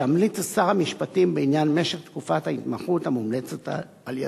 שימליץ לשר המשפטים בעניין משך תקופת ההתמחות המומלצת על-ידו.